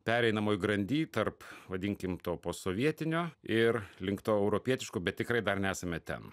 pereinamoj grandy tarp vadinkim to postsovietinio ir link to europietiško bet tikrai dar nesame ten